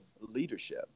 leadership